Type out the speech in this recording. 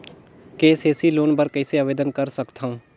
KCC loan बर कइसे आवेदन कर सकथव?